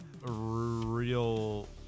real